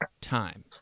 time